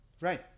Right